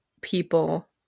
people